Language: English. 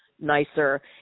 nicer